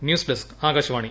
news desk Akashvani